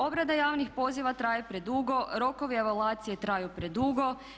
Obrada javnih poziva traje predugo, rokovi evaluacije traju predugo.